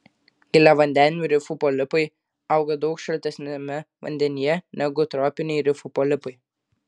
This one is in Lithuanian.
giliavandenių rifų polipai auga daug šaltesniame vandenyje negu tropiniai rifų polipai